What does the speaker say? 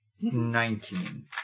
Nineteen